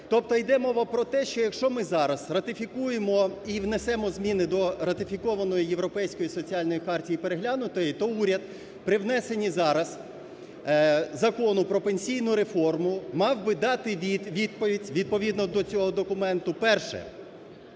Тобто іде мова про те, що якщо ми зараз ратифікуємо і внесемо зміни до ратифікованої Європейської соціальної хартії (переглянутої), то уряд при внесенні зараз Закону про пенсійну реформу мав би дати відповідь, відповідно до цього документу. Перше,